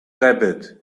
rabbit